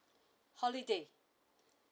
holiday